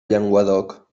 llenguadoc